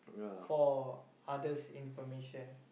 for others information